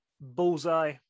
Bullseye